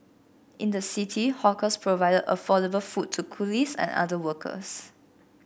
in the city hawkers provided affordable food to coolies and other workers